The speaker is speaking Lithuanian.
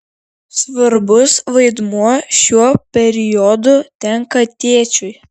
svarbus vaidmuo šiuo periodu tenka tėčiui